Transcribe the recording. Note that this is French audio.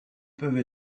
peuvent